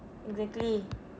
exactly